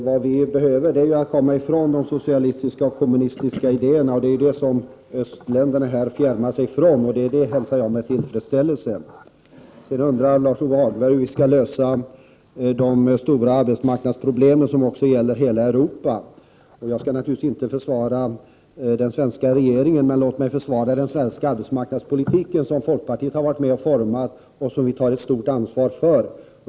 Herr talman! Det är nödvändigt att komma ifrån de socialistiska och kommunistiska idéerna. Det är dem som östländerna främjar sig från, vilket jag hälsar med tillfredsställelse. Lars-Ove Hagberg undrar hur de stora arbetsmarknadsproblemen, som också gäller hela Europa, skall lösas. Jag skall naturligtvis inte försvara den svenska regeringen, men låt mig försvara den svenska arbetsmarknadspolitiken, som folkpartiet har varit med om att forma och som vi tar ett stort ansvar för.